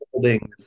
Buildings